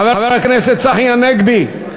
חבר הכנסת צחי הנגבי,